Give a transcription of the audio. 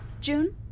June